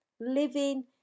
Living